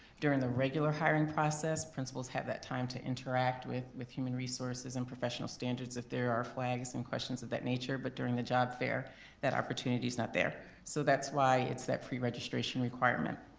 during the regular hiring process, principals principals have that time to interact with with human resources and professional standards if there are flags and questions of that nature but during the job fair that opportunity's not there. so that's why it's that preregistration requirement.